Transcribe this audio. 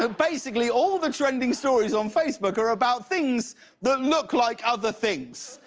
ah basically all the trending stories on facebook are about things that look like other things.